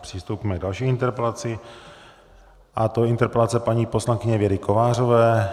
Přistoupíme k další interpelaci a to je interpelace paní poslankyně Věry Kovářové.